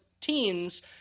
teens